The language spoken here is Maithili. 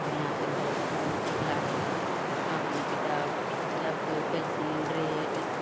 बढ़िआँसे मतलब देखैमे ओ ठीक लागै छै कॉपी किताब मतलब कि पेन्सिल ड्रेस